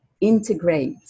integrate